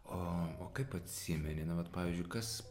o o kaip atsimeni na vat pavyzdžiui kas